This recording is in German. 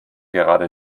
gerade